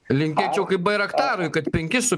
linkėčiau kaip bairaktarui kad penki su